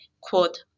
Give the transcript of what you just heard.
quote